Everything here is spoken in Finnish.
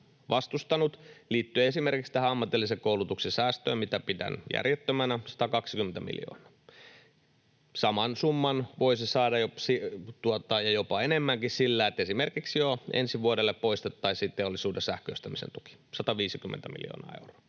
vastustanut, liittyy esimerkiksi tähän ammatilliseen koulutukseen 120 miljoonaa, mitä pidän järjettömänä. Saman summan ja jopa enemmänkin voisi saada sillä, että esimerkiksi jo ensi vuodelle poistettaisiin teollisuuden sähköistämisen tuki, 150 miljoonaa euroa.